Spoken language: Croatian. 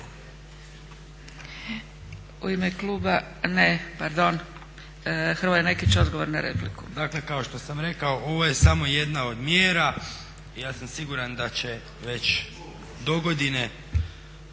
U ime kluba, ne pardon. Hrvoje Nekić, odgovor na repliku. **Nekić, Hrvoje (SDP)** Dakle, kao što sam rekao ovo je samo jedna od mjera. Ja sam siguran da će već dogodine